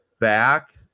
back